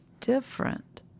different